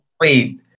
Wait